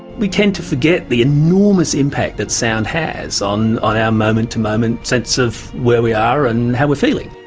we tend to forget the enormous impact that sound has on on our moment-to-moment sense of where we are and how we are feeling.